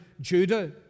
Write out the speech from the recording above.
Judah